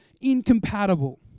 incompatible